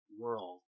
world